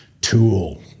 Tool